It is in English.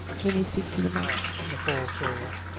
can you speak to the microphone? nicole sorria.